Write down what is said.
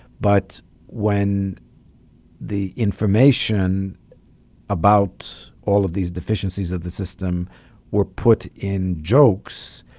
but when the information about all of these deficiencies of the system were put in jokes,